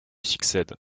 succède